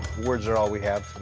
words are all we have